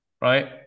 right